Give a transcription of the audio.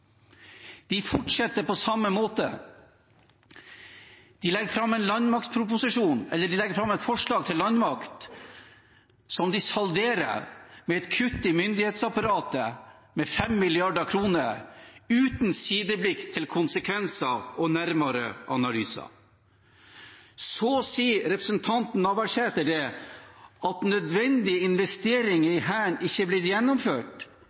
De fortsetter på samme måte. De legger fram et forslag til landmakt som de salderer med et kutt i myndighetsapparatet på 5 mrd. kr, uten sideblikk til konsekvenser og nærmere analyser. Så sier representanten Navarsete at nødvendige investeringer i Hæren ikke er blitt gjennomført.